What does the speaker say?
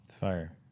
Fire